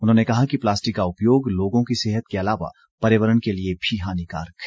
उन्होंने कहा कि प्लास्टिक का उपयोग लोगों की सेहत के अलावा पर्यावरण के लिए हानिकारक है